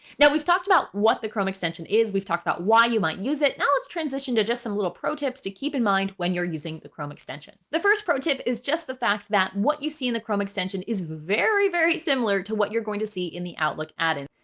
now we've talked about what the chrome extension is. we've talked about why you might use it. now, let's transition to just a and little pro tip to keep in mind, when you're using the chrome extension, the first pro tip is just the fact that what you see in the chrome extension is very, very similar to what you're going to see in the outlook, adding,